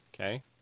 Okay